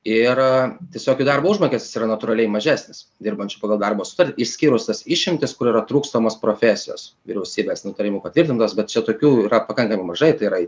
ir tiesiog jų darbo užmokestis yra natūraliai mažesnis dirbančių pagal darbo sutartį išskyrus tas išimtis kur yra trūkstamos profesijos vyriausybės nutarimu patvirtintos bet čia tokių yra pakankamai mažai tai yra